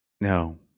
No